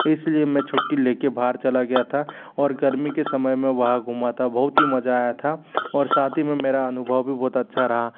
इसलिए मैं छुट्टी लेकर बाहर चला गया था और गर्मी के समय में वहाँ घूमा था बहुत ही मजा आया था और साथ में मेरा अनुभव भी बहुत अच्छा रहा